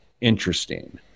interesting